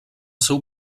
seu